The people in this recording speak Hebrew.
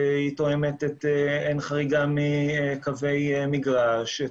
שאין חריגה מקווי מגרש,